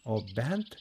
o bent